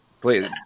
please